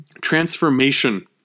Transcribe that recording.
transformation